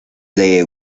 the